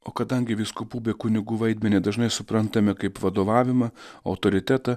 o kadangi vyskupų bei kunigų vaidmenį dažnai suprantame kaip vadovavimą autoritetą